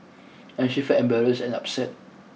and she felt embarrassed and upset